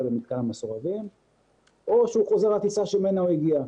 במתקן המסורבים או שהוא חוזר עם הטיסה שממנה הוא הגיע.